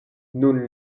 nun